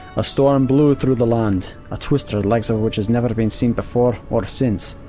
a storm blew through the land, a twister the likes of which has never been seen before or since.